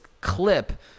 clip